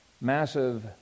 massive